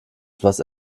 etwas